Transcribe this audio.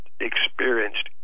experienced